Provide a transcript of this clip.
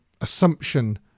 assumption